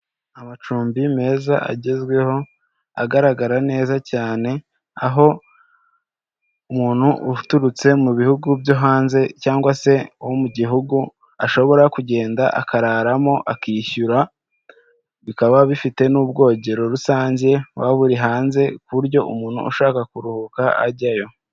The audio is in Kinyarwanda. Amacumbi meza agezweho agaragara neza cyane, aho umuntu uturutse mu bihugu byo hanze cyangwa se wo mu gihugu ashobora kugenda akararamo akishyura bikaba bifite n'ubwogero rusange buba buri hanze ku buryo umuntu ushaka kuruhuka ajyayo.